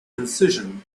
incision